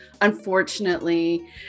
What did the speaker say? unfortunately